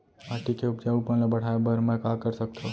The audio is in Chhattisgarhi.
माटी के उपजाऊपन ल बढ़ाय बर मैं का कर सकथव?